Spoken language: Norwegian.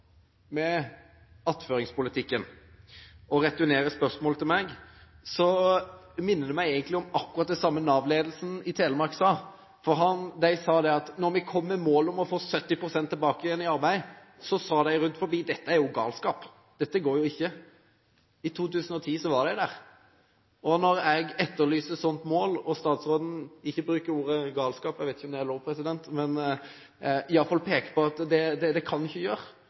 med attføringspolitikken – og returnerer spørsmålet til meg – minner det meg om det Nav-ledelsen i Telemark sa. De sa at da de kom i mål med å få 70 pst. tilbake igjen i arbeid, sa man rundt omkring: Dette er jo galskap, dette går jo ikke. I 2010 var de der. Jeg etterlyser et sånt mål. Statsråden bruker ikke ordet «galskap» – jeg vet ikke om det er lov, president – men når hun i alle fall peker på at dette kan vi ikke gjøre,